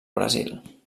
brasil